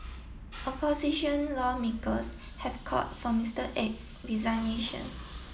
opposition lawmakers have called for Mister Abe's resignation